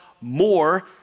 more